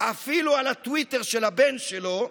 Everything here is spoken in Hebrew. אפילו על הטוויטר של הבן שלו,